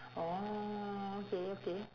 oh okay okay